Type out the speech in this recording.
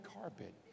carpet